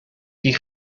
die